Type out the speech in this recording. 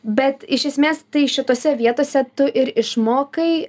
bet iš esmės tai šitose vietose tu ir išmokai